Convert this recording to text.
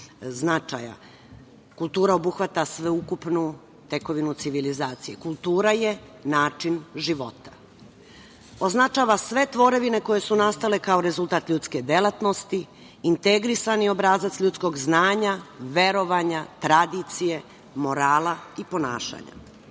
Kultura obuhvata sveukupnu tekovinu civilizacije. Kultura je način života. Označava sve tvorevine koje su nastale kao rezultat ljudske delatnosti, integrisani obrazac ljudskog znanja, verovanja, tradicije, morala i ponašanja. Kultura